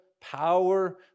power